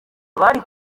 bari